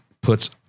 puts